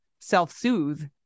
self-soothe